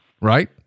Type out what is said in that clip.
right